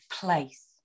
place